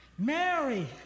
Mary